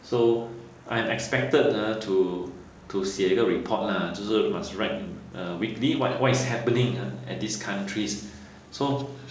so I'm expected !huh! to to 写一个 report lah 就是 must write a weekly [what] what is happening at these countries so